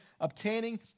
obtaining